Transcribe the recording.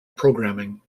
programming